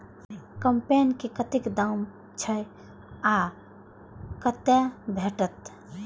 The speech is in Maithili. कम्पेन के कतेक दाम छै आ कतय भेटत?